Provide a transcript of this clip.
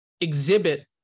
exhibit